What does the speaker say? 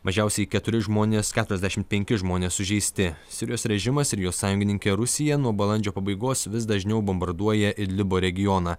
mažiausiai keturi žmonės keturiasdešim penki žmonės sužeisti sirijos režimas ir jo sąjungininkė rusija nuo balandžio pabaigos vis dažniau bombarduoja idlibo regioną